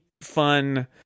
fun